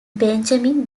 benjamin